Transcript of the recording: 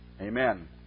Amen